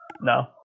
No